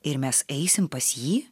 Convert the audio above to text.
ir mes eisim pas jį